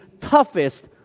toughest